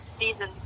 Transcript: season